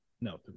No